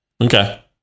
Okay